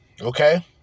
Okay